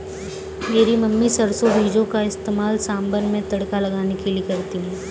मेरी मम्मी सरसों बीजों का इस्तेमाल सांभर में तड़का लगाने के लिए करती है